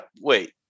wait